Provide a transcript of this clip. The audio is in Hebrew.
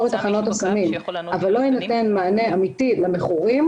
את תחנות הסמים אבל לא יינתן מענה אמיתי למכורים